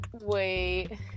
Wait